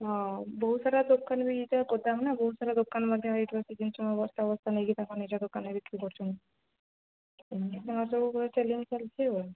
ହଁ ବହୁତ ସାରା ଦୋକାନ ବି ଏଇଟା ଗୋଦାମ୍ ନା ବହୁତ ସାରା ଦୋକାନ ମଧ୍ୟ ଏଇଠୁ ସେ ଜିନିଷ ବସ୍ତା ବସ୍ତା ନେଇକି ତାଙ୍କ ନିଜ ଦୋକାନରେ ବିକ୍ରି କରୁଛନ୍ତି ତାଙ୍କ ସବୁ ଚ୍ୟାଲେଞ୍ଜ ଚାଲିଛି ଆଉ ଆଉ